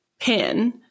pin